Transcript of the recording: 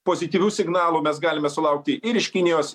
pozityvių signalų mes galime sulaukti ir iš kinijos